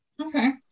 Okay